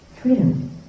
freedom